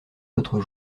l’autre